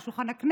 אל שולחן הכנסת,